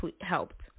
helped